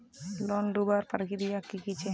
Loan लुबार प्रक्रिया की की छे?